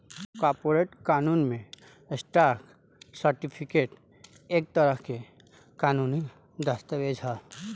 corporate कानून में, stock certificate एक तरह के कानूनी दस्तावेज ह